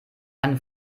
einen